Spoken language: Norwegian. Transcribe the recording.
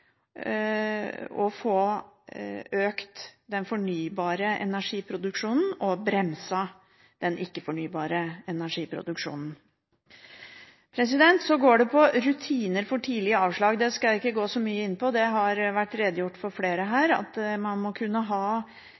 å få økt den fornybare energiproduksjonen og bremset den ikke-fornybare. Når det gjelder rutiner for tidlig avslag, skal jeg ikke gå så mye inn på det – det har vært redegjort for av flere her at man må kunne ha